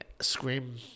scream